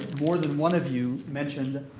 more than one of you mentioned,